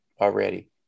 already